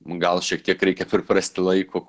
gal šiek tiek reikia priprasti laiko